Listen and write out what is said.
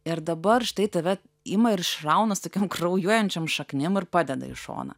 ir dabar štai tave ima ir išrauna su tokiom kraujuojančiom šaknim ir padeda į šoną